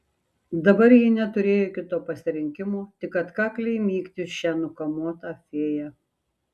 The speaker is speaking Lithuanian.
dabar ji neturėjo kito pasirinkimo tik atkakliai mygti šią nukamuotą fėją